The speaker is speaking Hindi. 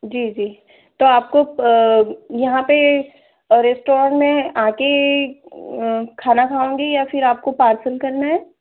जी जी तो आपको यहाँ पर और रेस्टोरेंट में आकर खाना खाएँगी या फ़िर आपको पार्सल करना है